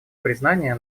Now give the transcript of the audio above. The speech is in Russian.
признания